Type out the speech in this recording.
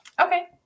Okay